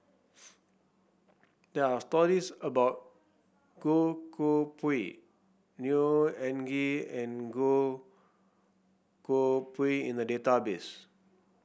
there are stories about Goh Koh Pui Neo Anngee and Goh Koh Pui in the database